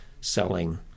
selling